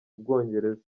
bwongereza